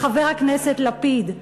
לחבר הכנסת לפיד,